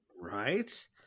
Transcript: Right